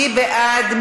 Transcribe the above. מי בעד?